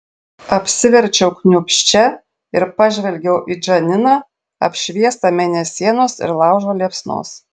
apsiverčiau kniūbsčia ir pažvelgiau į džaniną apšviestą mėnesienos ir laužo liepsnos